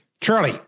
Charlie